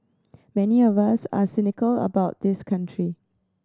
many of us are cynical about this country